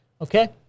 Okay